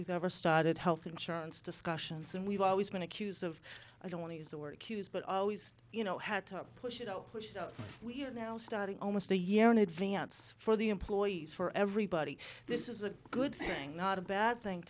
we've ever started health insurance discussions and we've always been accused of i don't want to use the word cues but always you know had to push you know which we're now starting almost a year in advance for the employees for everybody this is a good thing not a bad thing